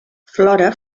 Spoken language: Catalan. flora